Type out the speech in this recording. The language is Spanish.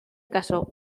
casó